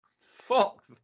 Fuck